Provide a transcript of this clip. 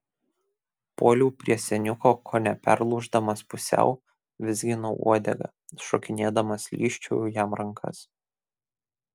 puoliau prie seniuko kone perlūždamas pusiau vizginau uodegą šokinėdamas lyžčiojau jam rankas